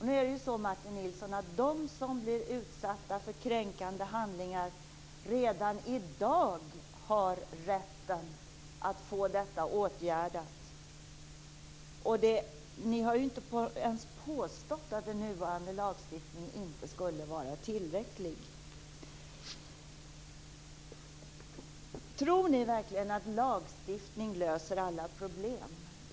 Nu är det ju så, Martin Nilsson, att de som blir utsatta för kränkande handlingar redan i dag har rätten att få detta åtgärdat. Ni har ju inte ens påstått att den nuvarande lagstiftningen inte skulle vara tillräcklig. Tror ni verkligen att lagstiftning löser alla problem?